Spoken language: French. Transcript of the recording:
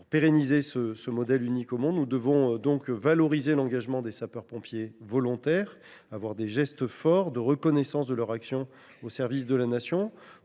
Pour pérenniser ce modèle unique au monde, nous devons valoriser l’engagement des sapeurs pompiers volontaires et avoir des gestes forts de reconnaissance de leur action au service de la Nation.